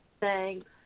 Thanks